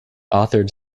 authored